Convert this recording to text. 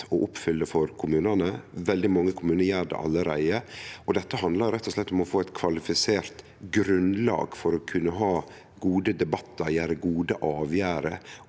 å oppfylle for kommunane. Veldig mange kommunar gjer det allereie. Dette handlar rett og slett om å få eit kvalifisert grunnlag for å kunne ha gode debattar og ta gode avgjerder